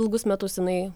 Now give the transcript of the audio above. ilgus metus jinai